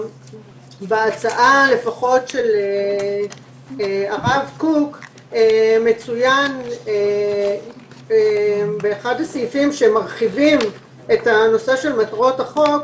בהצעה של הרב קוק מצוין באחד הסעיפים שמרחיבים את נושא מטרות החוק,